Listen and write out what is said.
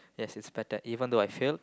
yes it's better even though I failed